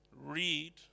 Read